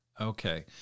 Okay